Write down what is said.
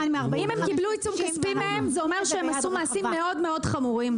אם הם קיבלו עיצום כספי מהם זה אומר שהם עשו מעשים מאוד מאוד חמורים.